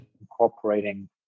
incorporating